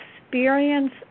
experience